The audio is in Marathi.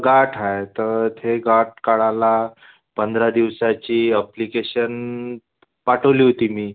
गाठ आहे तर ते गाठ काढायला पंधरा दिवसाची अप्लिकेशन पाठवली होती मी